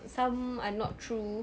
some are not true